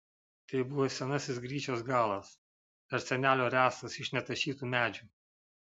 tai buvo senasis gryčios galas dar senelio ręstas iš netašytų medžių